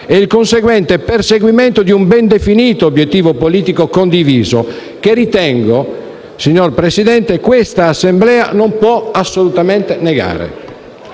e il conseguente perseguimento di un ben definito obiettivo politico condiviso, che a mio avviso, signor Presidente, quest'Assemblea non può assolutamente negare.